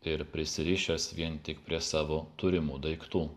ir prisirišęs vien tik prie savo turimų daiktų